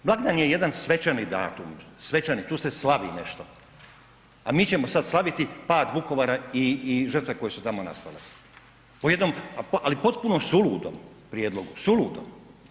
Blagdan je jedan svečani datum, svečani, tu se slavi nešto, a mi ćemo sad slaviti pad Vukovara i žrtve koje su tamo nastale po jednom ali potpunom suludom prijedlogu, suludom.